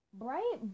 bright